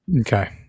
okay